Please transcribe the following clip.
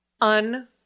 Un